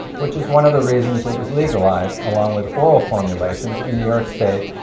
which is one of the reasons it was legalized, along with oral formulations, in new york state,